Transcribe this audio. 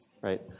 right